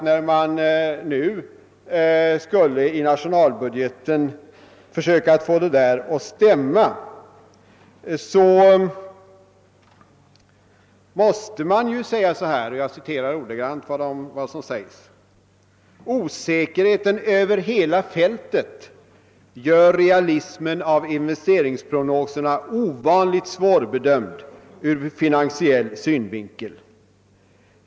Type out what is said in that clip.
När man i nationalbudgeten skulle försöka få det där att stämma var man tvungen att säga: »Osäkerheten över hela fältet gör realismen av investeringsprognoserna ovanligt svårbedömd ur finansiell synvinkel.